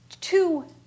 two